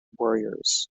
warriors